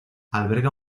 alberga